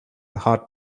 heart